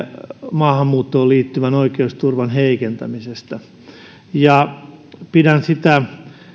maahanmuuttoon liittyvän oikeusturvan heikentämisestä pidän sitä